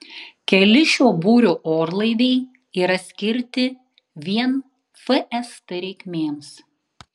keli šio būrio orlaiviai yra skirti vien fst reikmėms